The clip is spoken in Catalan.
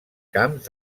camps